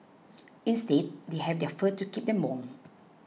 instead they have their fur to keep them warm